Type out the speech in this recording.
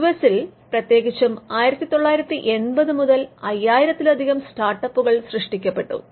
U എസിൽ പ്രത്യേകിച്ചും 1980 മുതൽ 5000 ലധികം സ്റ്റാർട്ടപ്പുകൾ സൃഷ്ടിക്കപ്പെട്ടു